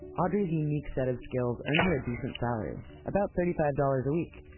audrey's unique set of skills earned her a decent salary. about thirty five dollars a week,